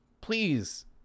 Please